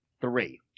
three